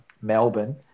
Melbourne